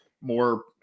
more